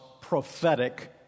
prophetic